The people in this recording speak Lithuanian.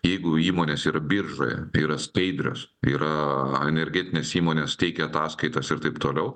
jeigu įmonės yra biržoje yra skaidrios yra energetinės įmonės teikia ataskaitas ir taip toliau